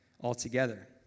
altogether